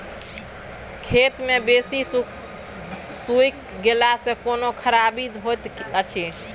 खेत मे बेसी सुइख गेला सॅ कोनो खराबीयो होयत अछि?